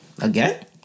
again